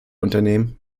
unternehmen